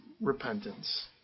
repentance